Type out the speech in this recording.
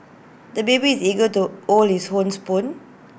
the baby is eager to hold his own spoon